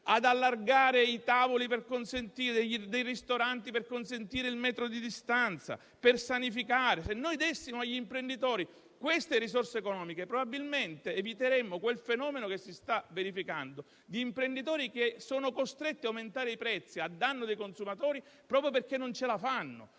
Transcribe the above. ad allargare i tavoli dei ristoranti per consentire il metro di distanza, per sanificare, se noi dessimo agli imprenditori queste risorse economiche, probabilmente eviteremmo il fenomeno che si sta verificando che vede imprenditori costretti ad aumentare i prezzi, a danno dei consumatori, proprio perché non ce la fanno.